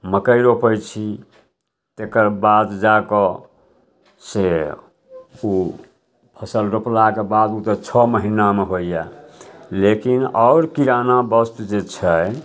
मकइ रोपै छी तकर बाद जाकऽ से ओ फसिल रोपलाके बाद ओ तऽ छओ महिनामे होइए लेकिन आओर किराना वस्तु जे छै